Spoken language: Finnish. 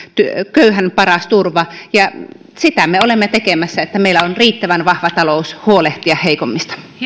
köyhän paras turva ja sitä me olemme tekemässä että meillä on riittävän vahva talous huolehtia heikommista